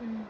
mm